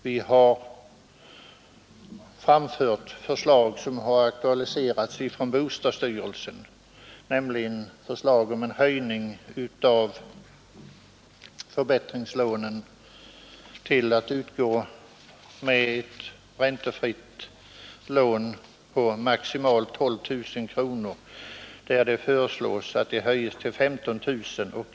Vi har framfört ett förslag som aktualiserats av bostadsstyrelsen om en höjning av beloppet för stående räntefritt lån till 15 000 kronor mot för närvarande 12 000 kronor.